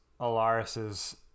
Alaris's